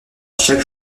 chaque